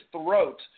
throat